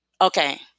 Okay